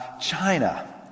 China